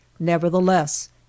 nevertheless